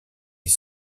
les